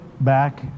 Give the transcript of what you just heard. back